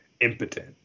impotent